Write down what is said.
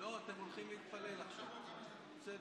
אתם באים באמצע הלילה לעצור בחורים